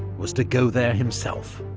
was to go there himself.